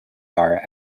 are